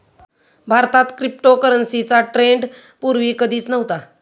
भारतात क्रिप्टोकरन्सीचा ट्रेंड पूर्वी कधीच नव्हता